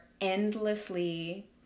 endlessly